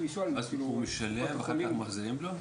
הוא משלם ואחר כך מחזירים לו?